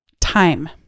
time